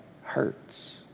hurts